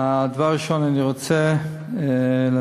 דבר ראשון אני רוצה להביע